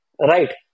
right